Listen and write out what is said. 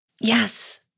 Yes